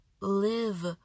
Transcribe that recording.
live